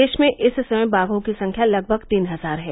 देश में इस समय बाघों की संख्या लगभग तीन हजार है